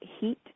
heat